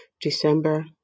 December